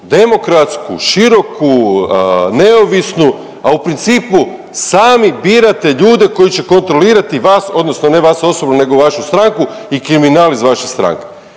demokratsku, široku, neovisnu, a u principu sami birate ljude koji će kontrolirati vas, odnosno ne vas osobno, nego vašu stranku i kriminal iz vaše stranke.